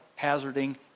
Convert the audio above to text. Hazarding